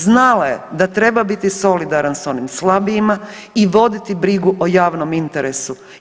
Znala je da treba biti solidaran s onim slabijima i voditi brigu o javnom interesu.